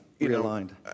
realigned